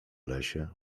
lesie